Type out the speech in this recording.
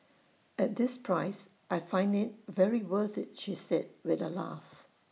at this price I find IT very worth IT she said with A laugh